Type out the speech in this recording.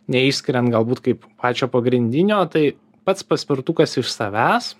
neišskiriant galbūt kaip pačio pagrindinio tai pats paspirtukas iš savęs